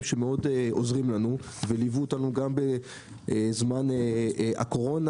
שמאוד עוזרים לנו וליוו אותנו גם בזמן הקורונה,